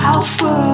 Alpha